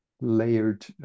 layered